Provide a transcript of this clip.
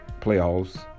playoffs